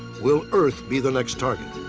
will earth be the next target?